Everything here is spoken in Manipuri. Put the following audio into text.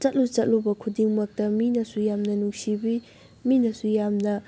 ꯆꯠꯂꯨ ꯆꯠꯂꯨꯕ ꯈꯨꯗꯤꯡꯃꯛꯇ ꯃꯤꯅꯁꯨ ꯌꯥꯝꯅ ꯅꯨꯡꯁꯤꯕꯤ ꯃꯤꯅꯁꯨ ꯌꯥꯝꯅ